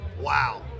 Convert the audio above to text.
Wow